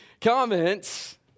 comments